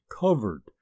Covered